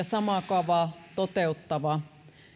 samaa kaavaa toteuttava